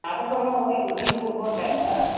அவசரமாக வந்து எங்களுக்கு செஞ்சு கொடுங்கோண்டாங்க